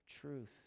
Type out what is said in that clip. Truth